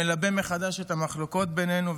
מלבה מחדש את המחלוקות בינינו.